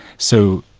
so,